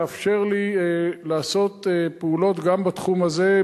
יאפשר לי לעשות פעולות גם בתחום הזה,